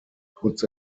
puts